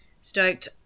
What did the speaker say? stoked